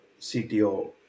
cto